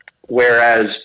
Whereas